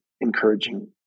encouraging